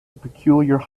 peculiar